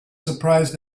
surprised